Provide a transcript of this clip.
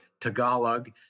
Tagalog